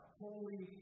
holy